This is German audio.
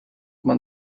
man